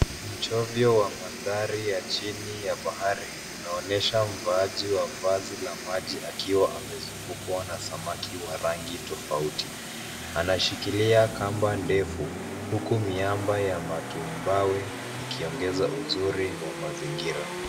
Mchovyo wa mandhari ya chini ya bahari unaonyesha mvaaji wa vazi la maji akiwa amezungukwa na samaki wa rangi tofauti. Anashikilia kamba ndefu, huku miamba ya matumbawe ikiongeza uzuri wa mazingira.